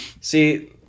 See